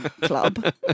club